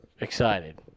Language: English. excited